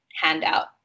handout